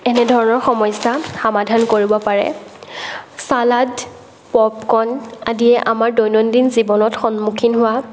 এনে ধৰণৰ সমস্যা সমাধান কৰিব পাৰে ছালাদ প'পকন আদিয়ে আমাৰ দৈনন্দিন জীৱনত সন্মুখীন হোৱা